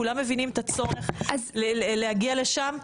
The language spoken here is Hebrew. כולם מבינים את הצורך להגיע לשם.